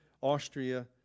Austria